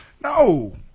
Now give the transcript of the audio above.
No